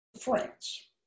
France